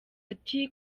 ati